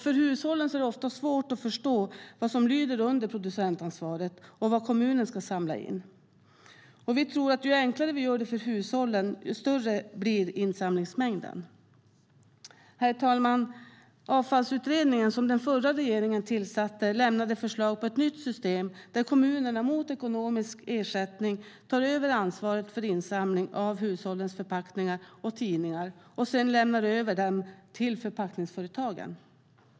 För hushållen är det ofta svårt att förstå vad som lyder under producentansvaret och vad kommunen ska samla in. Ju enklare vi gör det för hushållen, desto större blir insamlingsmängden, tror vi. Herr talman! Avfallsutredningen, som den förra regeringen tillsatte, lämnade förslag på ett nytt system där kommunerna mot ekonomisk ersättning tar över ansvaret för insamlingen av hushållens förpackningar och tidningar och sedan lämnar över dem till förpackningsföretagen.